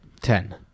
ten